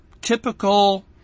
typical